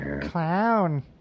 Clown